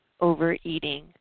overeating